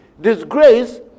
disgrace